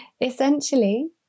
Essentially